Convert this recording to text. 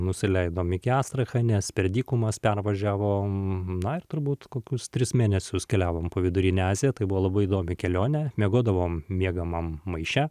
nusileidom iki astrachanės per dykumas pervažiavom na ir turbūt kokius tris mėnesius keliavom po vidurinę aziją tai buvo labai įdomi kelionė miegodavom miegamam maiše